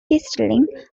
distilling